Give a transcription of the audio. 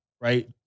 right